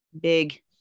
big